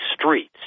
streets